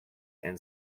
and